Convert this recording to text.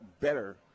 better